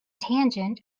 tangent